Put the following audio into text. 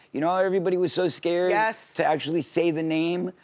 you know everybody was so scared yeah to actually say the name,